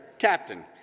captain